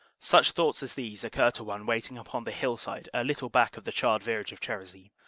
such thoughts as these occur to one waiting upon the hill. side a little back of the charred village of cherisy.